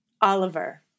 Oliver